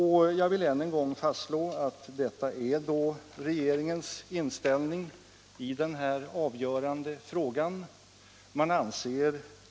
Jag vill ännu en gång fast. lå att detta är regeringens inställning i den här avgörande frågan.